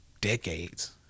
decades